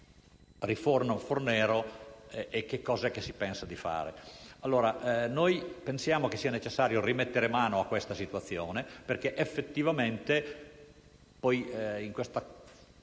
riferimento a che cosa si pensa di fare. Noi pensiamo che sia necessario rimettere mano a questa situazione, perché effettivamente - non esprimo